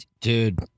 Dude